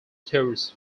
tours